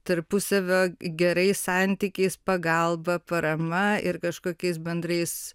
tarpusavio gerais santykiais pagalba parama ir kažkokiais bendrais